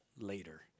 later